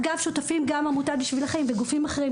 אגב, שותפים גם עמותת "בשביל אחרים" וגופים אחרים.